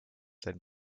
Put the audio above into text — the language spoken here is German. seinen